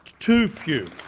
too few